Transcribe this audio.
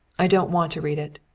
i don't want to read it.